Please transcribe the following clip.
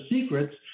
secrets